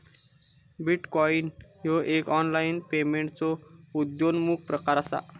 bitcoin ह्यो एक online पेमेंटचो उद्योन्मुख प्रकार असा